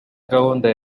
gahunda